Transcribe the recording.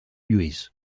lluís